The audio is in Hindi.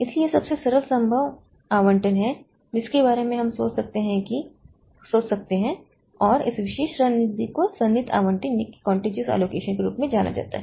इसलिए यह सबसे सरल संभव आवंटन है जिसके बारे में हम सोच सकते हैं और इस विशेष रणनीति को सन्निहित आवंटन के रूप में जाना जाता है